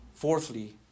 Fourthly